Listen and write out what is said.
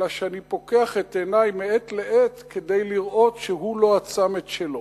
אלא שאני פוקח את עיני מעת לעת כדי לראות שהוא לא עצם את שלו.